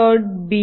begin mySerial